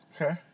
Okay